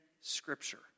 Scripture